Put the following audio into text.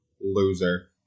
loser